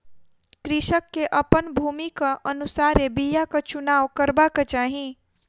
कृषक के अपन भूमिक अनुसारे बीयाक चुनाव करबाक चाही